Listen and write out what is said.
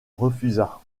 refusa